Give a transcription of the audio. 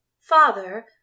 Father